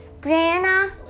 Brianna